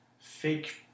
fake